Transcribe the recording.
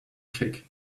kick